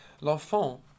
L'Enfant